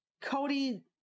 Cody